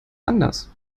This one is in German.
anders